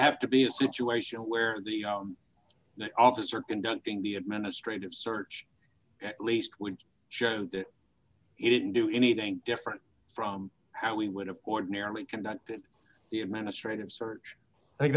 have to be a situation where the officer conducting the administrative search least would show that it didn't do anything different from how we would have ordinarily conducted the administrative search i think